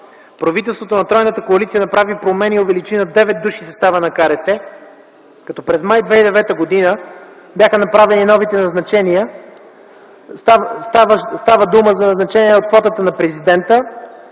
Правителството на тройната коалиция направи промени и увеличи на девет души състава на КРС, като през м. май 2009 г. бяха направени новите назначения. Става дума за назначения от квотата на Президента